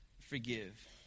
forgive